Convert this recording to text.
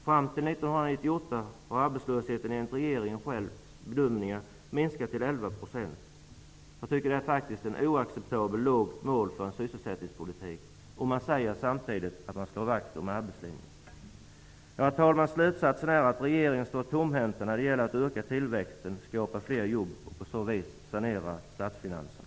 Fram till 1998 skall arbetslösheten enligt regeringen minska till 11 %. Jag tycker faktiskt att det är ett oacceptabelt lågt mål för sysselsättningspolitiken. Man säger samtidigt att man slår vakt om arbetslinjen. Herr talman! Slutsatsen är att regeringen står tomhänt när det gäller att öka tillväxten och skapa fler jobb och på så vis sanera statsfinanserna.